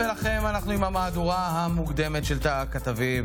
ברזל), התשפ"ד 2023,